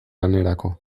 lanerako